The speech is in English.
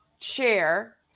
share